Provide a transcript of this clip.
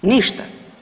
Ništa.